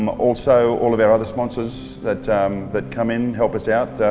um also all of our other sponsors that that come in, help us out,